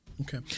Okay